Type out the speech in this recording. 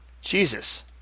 Jesus